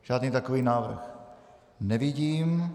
Žádný takový návrh nevidím.